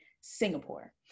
Singapore